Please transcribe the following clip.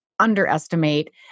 underestimate